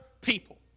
people